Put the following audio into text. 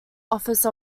office